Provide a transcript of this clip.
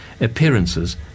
appearances